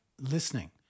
listening